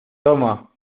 toma